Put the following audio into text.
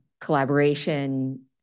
collaboration